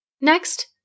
Next